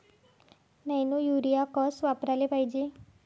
Nano urea कस वापराले पायजे?